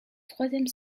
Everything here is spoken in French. troisième